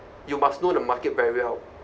you must know the market very well